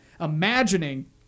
imagining